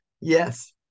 yes